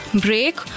break